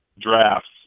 drafts